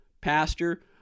pastor